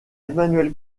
emmanuelle